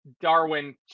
Darwin